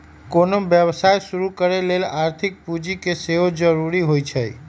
कोनो व्यवसाय शुरू करे लेल आर्थिक पूजी के सेहो जरूरी होइ छै